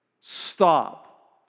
stop